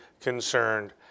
concerned